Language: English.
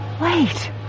Wait